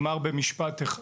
במשפט אחד,